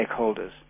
stakeholders